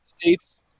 States